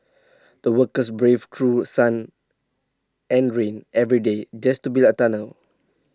the workers braved through sun and rain every day just to build the tunnel